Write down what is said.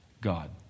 God